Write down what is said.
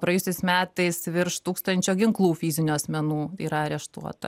praėjusiais metais virš tūkstančio ginklų fizinių asmenų yra areštuota